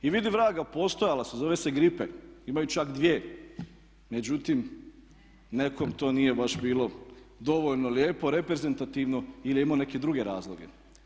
I vidi vraga, postojala su, zove se Gripe, imaju čak dvije, međutim, nekom to nije baš bilo dovoljno lijepo, reprezentativno ili je imao neke druge razloge.